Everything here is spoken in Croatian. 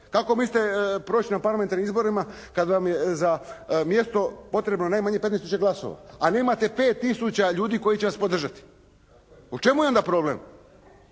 kako mislite proći na parlamentarnim izborima kada vam je za mjesto potrebno najmanje 5 tisuća glasova, a nemate 5 tisuća ljudi koji će vas podržati? U čemu je onda problem?